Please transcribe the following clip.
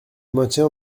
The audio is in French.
maintiens